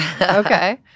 Okay